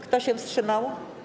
Kto się wstrzymał?